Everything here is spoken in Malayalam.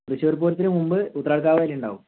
തൃശ്ശൂർ പൂരത്തിന് മുമ്പ് ഉത്രാലികാവ് വേല ഉണ്ടാവും